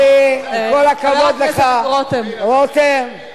תסלח לי, עם כל הכבוד לך, הרי מדברים על,